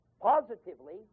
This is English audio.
positively